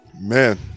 Man